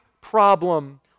problem